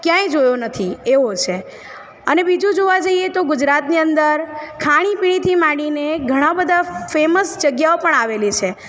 ક્યાંય જોયો નથી એવો છે અને બીજું જોવાં જઈએ તો ગુજરાતની અંદર ખાણી પીણીથી માંડીને ઘણાં બધાં ફેમસ જગ્યાઓ પણ આવેલી છે